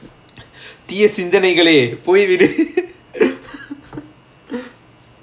தீய சிந்தனைகளே போய்விடு:theeya sinthanaikalae poividu